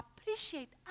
appreciate